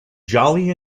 jolly